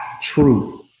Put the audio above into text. truth